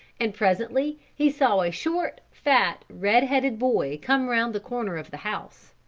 and presently he saw a short, fat, red-headed boy come around the corner of the house.